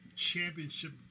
championship